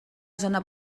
zona